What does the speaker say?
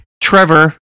Trevor